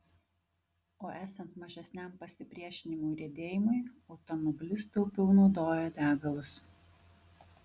o esant mažesniam pasipriešinimui riedėjimui automobilis taupiau naudoja degalus